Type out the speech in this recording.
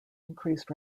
increased